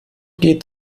geht